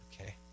Okay